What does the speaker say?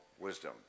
wisdom